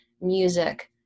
music